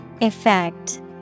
Effect